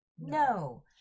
No